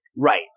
Right